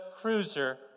Cruiser